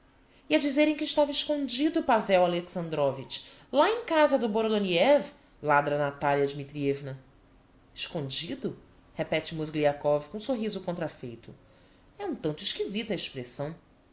a dizerem que estava escondido pavel alexandrovitch lá em casa do borodoniev ladra natalia dmitrievna escondido repete mozgliakov com sorriso contrafeito é um tanto exquisita a expressão